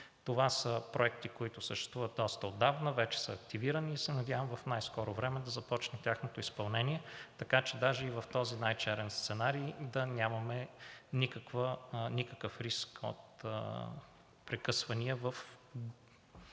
Това са проекти, които съществуват доста отдавна, вече са активирани и се надявам в най-скоро време да започне тяхното изпълнение, така че даже и в този най-черен сценарий да нямаме никакъв риск от прекъсвания в